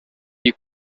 you